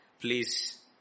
please